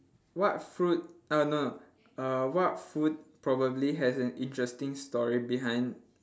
what fruit uh no no uh what food probably has an interesting story behind